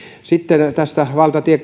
sitten tästä valtatie